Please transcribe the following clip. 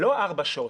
לא ארבע שעות.